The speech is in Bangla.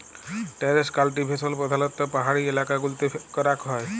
টেরেস কাল্টিভেশল প্রধালত্ব পাহাড়ি এলাকা গুলতে ক্যরাক হ্যয়